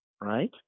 right